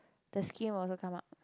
the skin will also come out